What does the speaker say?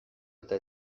eta